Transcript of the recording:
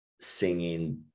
singing